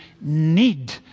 need